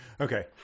Okay